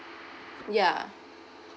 ya